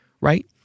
right